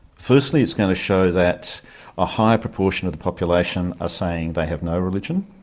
firstly it's going to show that a higher proportion of the population are saying they have no religion,